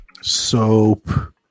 Soap